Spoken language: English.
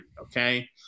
Okay